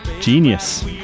Genius